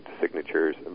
signatures